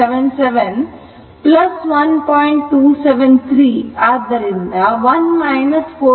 273 ಆದ್ದರಿಂದ 1 4